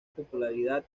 popularidad